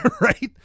Right